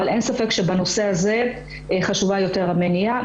אבל אין ספק שבנושא הזה חשובה יותר המניעה,